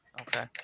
Okay